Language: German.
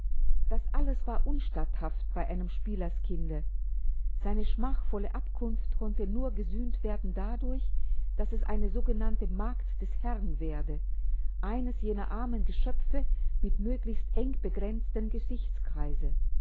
das alles war unstatthaft bei einem spielerskinde seine schmachvolle abkunft konnte nur gesühnt werden dadurch daß es eine sogenannte magd des herrn werde eines jener armen geschöpfe mit möglichst engbegrenztem